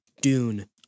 Dune